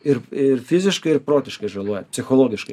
ir ir fiziškai ir protiškai žaloja psichologiškai